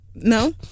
No